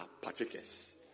partakers